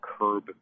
curb